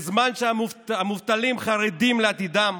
בזמן שהמובטלים חרדים לעתידם,